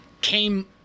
came